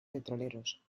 petroleros